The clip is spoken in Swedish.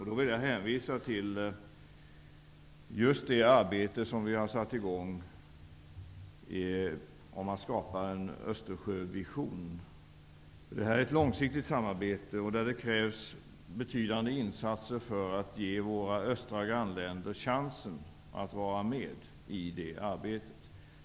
Jag vill därför hänvisa till just det arbete som vi har satt i gång för att skapa en Östersjövision. Detta är ett långsiktig samarbete, och det krävs betydande insatser för att ge våra östra grannländer chansen att vara med i arbetet.